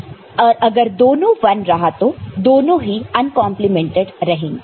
अगर दोनों 1 रहा तो दोनों ही अनकंपलीमेंटेड रहेंगे